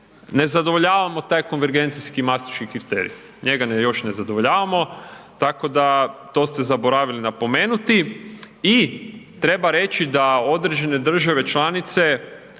ne zadovoljavamo taj konvergencijski Maastrichti kriterij, njega još ne zadovoljavamo. Tako da to ste zaboravili napomenuti i treba reći da određene države članice